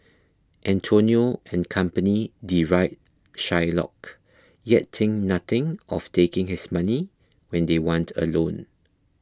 Antonio and company deride Shylock yet think nothing of taking his money when they want a loan